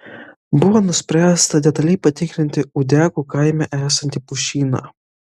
buvo nuspręsta detaliai patikrinti ūdekų kaime esantį pušyną